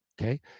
okay